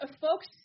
folks